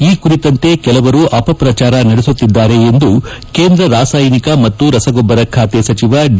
ಈ ಕುರಿತಂತೆ ಕೆಲವರು ಅಪಪ್ರಚಾರ ನಡೆಸುತ್ತಿದ್ದಾರೆ ಎಂದು ಕೇಂದ್ರ ರಸಾಯನಿಕ ಮತ್ತು ರಸಗೊಬ್ಬರ ಖಾತೆ ಸಚಿವ ಡಿ